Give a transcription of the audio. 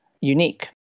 unique